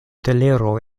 telero